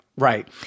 Right